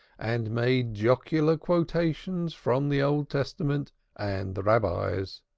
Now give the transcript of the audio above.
and made jocular quotations from the old testament and the rabbis.